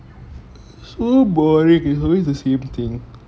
so boring is always the same thing